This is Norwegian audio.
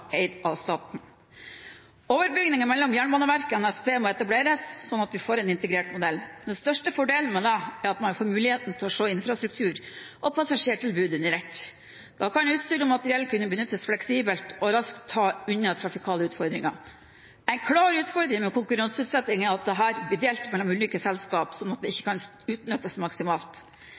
eid av staten. Overbygningen mellom Jernbaneverket og NSB må etableres, slik at vi får en integrert modell. Den største fordelen med dette er at en får muligheten til å se infrastruktur og passasjertilbud under ett. Da kan utstyr og materiell kunne benyttes fleksibelt og raskt ta unna trafikale utfordringer. En klar utfordring med konkurranseutsetting er at dette blir delt mellom ulike selskaper, slik at det